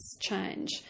change